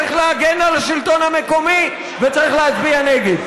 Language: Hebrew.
צריך להגן על השלטון המקומי וצריך להצביע נגד.